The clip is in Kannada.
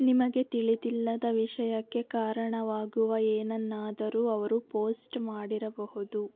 ನಿಮಗೆ ತಿಳಿದಿಲ್ಲದ ವಿಷಯಕ್ಕೆ ಕಾರಣವಾಗುವ ಏನನ್ನಾದರೂ ಅವರು ಪೋಸ್ಟ್ ಮಾಡಿರಬಹುದು